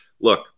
look